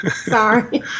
Sorry